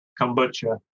kombucha